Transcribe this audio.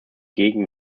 gegen